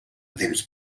temps